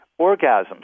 orgasms